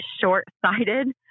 short-sighted